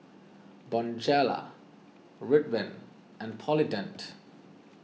Bonjela Ridwind and Polident